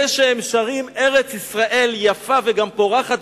זה שהם שרים "ארץ-ישראל יפה וגם פורחת"